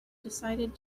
decided